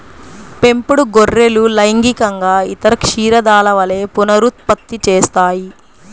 పెంపుడు గొర్రెలు లైంగికంగా ఇతర క్షీరదాల వలె పునరుత్పత్తి చేస్తాయి